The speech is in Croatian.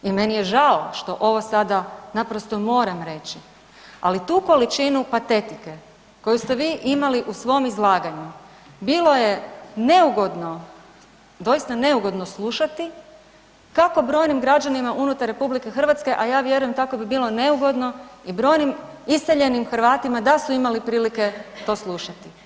I meni je žao što ovo sada naprosto moram reći, ali tu količinu patetike koju ste vi imali u svom izlaganju bilo je neugodno, doista neugodno slušati kako brojnim građanima unutar RH, a ja vjerujem tako bi bilo neugodno i brojnim iseljenim Hrvatima da su imali prilike to slušati.